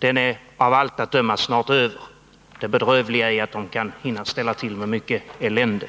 Det bedrövliga är att de kan hinna ställa till mycket elände